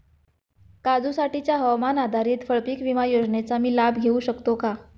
काजूसाठीच्या हवामान आधारित फळपीक विमा योजनेचा मी लाभ घेऊ शकतो का?